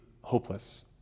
hopeless